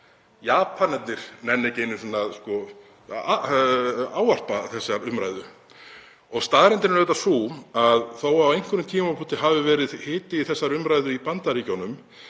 Japanir nenna ekki einu sinni að ávarpa þessa umræðu og staðreyndin er auðvitað sú að þó að á einhverjum tímapunkti hafi verið hiti í þessari umræðu í Bandaríkjunum